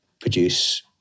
produce